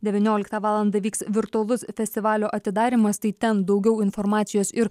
devynioliktą valandą vyks virtualus festivalio atidarymas tai ten daugiau informacijos ir